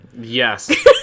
Yes